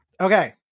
Okay